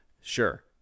Sure